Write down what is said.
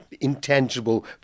intangible